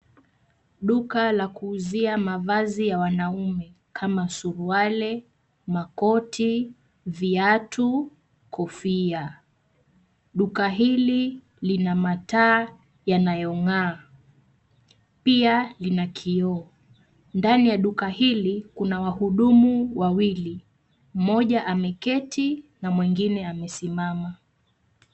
Duka la kuuzia mavazi ya wanaume kama suruali, makoti, viatu, kofia. Duka hili lina mataa yanayon'gaa, pia lina kioo. Ndani ya duka hili kuna wahudumu wawili, mmoja ameketi, na mwengine amesimama.